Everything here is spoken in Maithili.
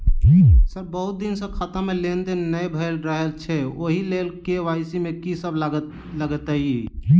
सर बहुत दिन सऽ खाता मे लेनदेन नै भऽ रहल छैय ओई लेल के.वाई.सी मे की सब लागति ई?